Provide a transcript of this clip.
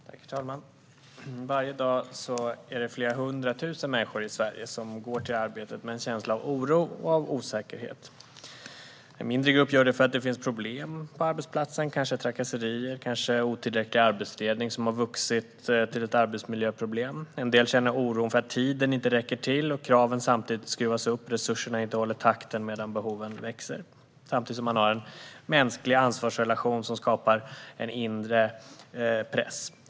Herr talman! Varje dag är det flera hundra tusen människor i Sverige som går till arbetet med en känsla av oro och osäkerhet. En mindre grupp gör det för att det finns problem på arbetsplatsen - kanske trakasserier eller otillräcklig arbetsledning som har vuxit till ett arbetsmiljöproblem. En del känner oro för att tiden inte räcker till och kraven samtidigt skruvas upp, eller för att resurserna inte håller takten medan behoven växer - samtidigt som man har en mänsklig ansvarsrelation som skapar en inre press.